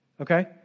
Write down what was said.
okay